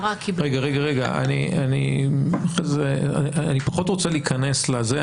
אני פחות רוצה להיכנס לזה,